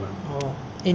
没有 ah